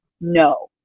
no